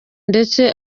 ndetse